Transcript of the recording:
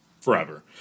forever